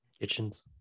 Kitchens